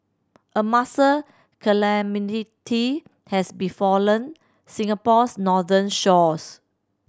a mussel calamity has befallen Singapore's northern shores